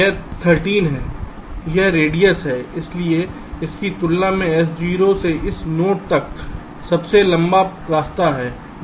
यह 13 यह रेडियस है इसलिए इसकी तुलना में यहाँ S0 से इस नोड तक सबसे लंबा रास्ता है जो केवल 8 है